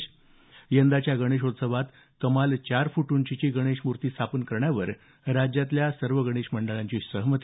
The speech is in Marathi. स यंदाच्या गणेशोत्सवात कमाल चार फूट उंचीची गणेशमूर्ती स्थापन करण्यावर राज्यातल्या सर्व गणेश मंडळांनी सहमती